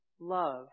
love